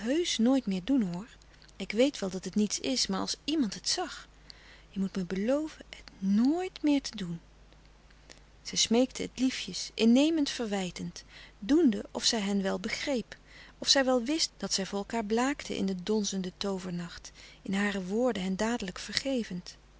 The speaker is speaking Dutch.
nooit meer doen hoor ik weet wel dat het niets is maar als iemand het zag je moet me belooven het nooit meer te doen zij smeekte het liefjes innemend verwijtend doende of zij hen wel begreep of zij wel wist dat zij voor elkaâr blaakten in den donzenden toovernacht in hare woorden hen dadelijk vergevend